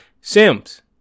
Sims